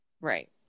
Right